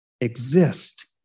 exist